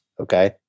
Okay